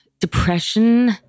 depression